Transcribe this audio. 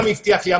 גם הבטיח לי,